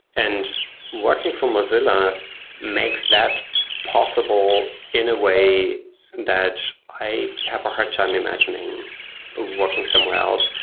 and working for mozilla makes that possible in a way that i have a hard time imagining working somewhere else.